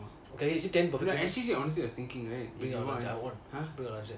orh it about one about one